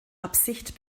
absicht